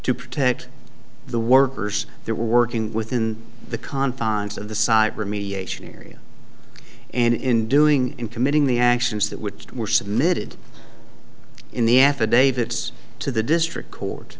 to protect the workers they're working within the confines of the cyber mediation area and in doing in committing the actions that would were submitted in the affidavits to the district court